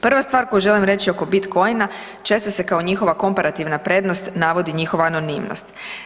Prva stvar koju želim reći oko bitcoin-a, često se kao njihova komparativna prednost navodi njihova anonimnost.